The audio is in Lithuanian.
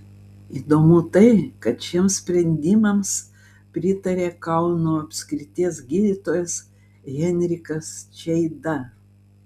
įdomu tai kad šiems sprendimams pritaria kauno apskrities gydytojas henrikas čeida